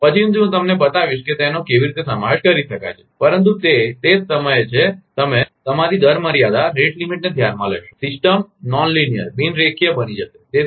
પછીથી હું તમને બતાવીશ કે તેનો કેવી રીતે સમાવેશ કરી શકાય છે પરંતુ તે તે જ સમયે છે કે તમે તમારી દર મર્યાદાને ધ્યાનમાં લેશો સિસ્ટમ બિન રેખીયનોન લીનીઅર બની જશે